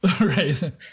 Right